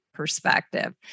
Perspective